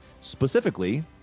specifically